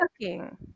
cooking